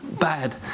Bad